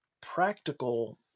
practical